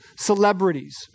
celebrities